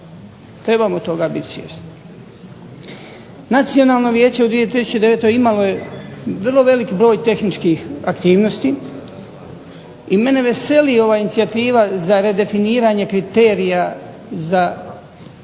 trebamo toga biti svjesni. Nacionalno vijeće u 2009. imalo je vrlo velik broj tehničkih aktivnosti i mene veseli ova inicijativa za redefiniranje kriterija za